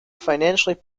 financially